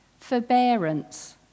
forbearance